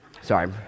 sorry